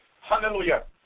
hallelujah